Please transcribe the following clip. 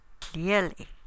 clearly